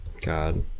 God